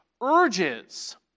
urges